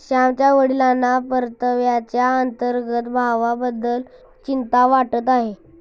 श्यामच्या वडिलांना परताव्याच्या अंतर्गत भावाबद्दल चिंता वाटत आहे